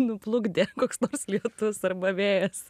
nuplukdė koks nors lietus arba vėjas